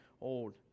Old